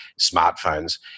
smartphones